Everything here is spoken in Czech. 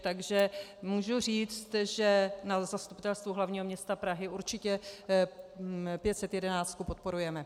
Takže můžu říct, že na Zastupitelstvu hlavního města Prahy určitě 511 podporujeme.